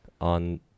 on